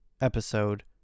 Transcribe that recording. episode